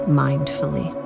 mindfully